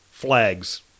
Flags